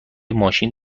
ماشین